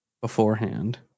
beforehand